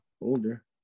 older